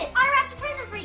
i wrapped a present for you.